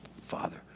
Father